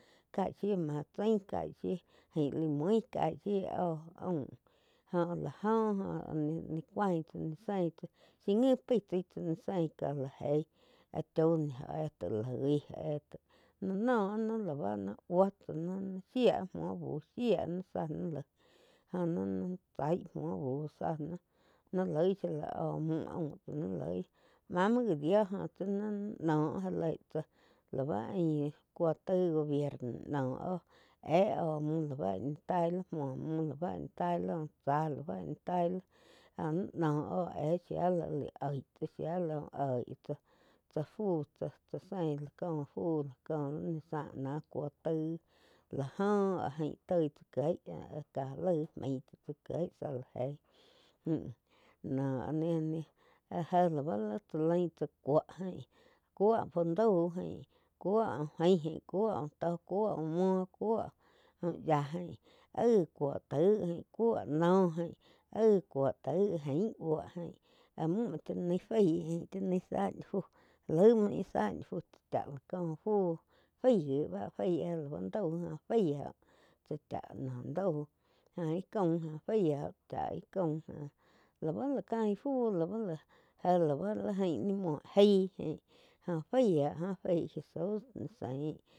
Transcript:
Kaig shiu máh chain kaig shiu ain la mui caíg shiu óh aum joh la jo áh ni-ni cuáin tsá zein tsá shí ngi pei tsai tsa zein ká la eih áh cho ne jo éh loi jóh éh lá noh áh ni buo tsá ni shía muo bu shía záh ni laig jo ni-ni chaig muo buh zah ni loig shía la óh mu aum tsá ni loi máh muoh gi dio joh nih noh já léi tsáh lau ain cuó. Taig gobierno noh óh éh óh muh lá báh taí ni muo muh tai lau tsáh lá na ni tai joh ni no óh éh shía li lá oig tsá shía la úh oig tsáh tsá fuh tsáh tsá sein la cóh fu có li zá ná cuó taig lá joh áh jain toi tsá kieg ká laig do main chá tsá kieg záh lá eig noh áh ni-ni jé lau chá lain tsá cúo jáin cúo fu dau ain cuó bu aig cuo úh tó cuo uh muo cuo úh yiá jain aíg cúo taig jain cúo noh jain aig cuo taig aín buó jain áh múh chá nai faí chá nai zá ni fu laig múo íh zá ni fu chá la có fu faig gi ba fai áh lau dau joh faí oh chá dau óh íh caum joh faí oh chá ih caum joh lau la cain fu láh bá la jé la bá li gaí yiu muo aíg ain jóh faí oh joh faí jesus zaín.